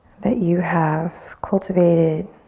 that you have cultivated,